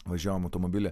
važiavom automobily